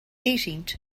eighteenth